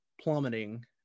plummeting